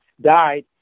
died